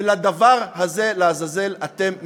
ולדבר הזה, לעזאזל, אתם מתנגדים.